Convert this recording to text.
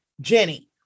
Jenny